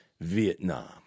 Vietnam